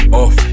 off